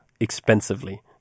expensively